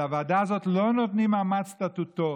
לוועדה הזאת לא נותנים מעמד סטטוטורי.